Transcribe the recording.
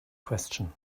question